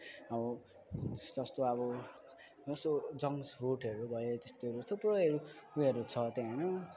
अब जस्तो अब जसो जङ्क्स फुडहरू भयो त्यस्तोहरू थुप्रोहरू उयोहरू छ त्यहाँ होइन